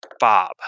Bob